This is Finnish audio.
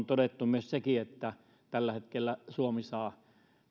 on todettu sekin että tällä hetkellä suomi saa